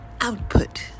output